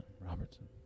Robertson